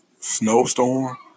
snowstorm